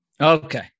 okay